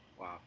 Wow